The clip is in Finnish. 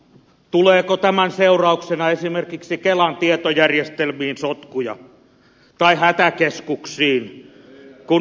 tuleeko tämän seurauksena esimerkiksi kelan tietojärjestelmiin sotkuja tai hätäkeskuksiin kun suurentuvat